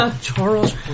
Charles